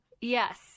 Yes